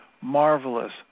marvelous